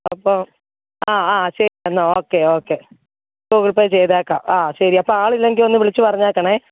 അപ്പോൾ ആ ആ ശരി എന്നാൽ ഓക്കെ ഓക്കെ ഗൂഗിൾ പേ ചെയ്തേക്കാം ആ ശരി അപ്പോൾ ആൾ ഇല്ലെങ്കിൽ ഒന്ന് വിളിച്ചു പറഞ്ഞേക്കണേ